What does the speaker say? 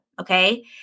okay